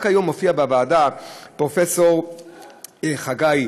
רק היום הופיע בוועדה פרופסור חגי,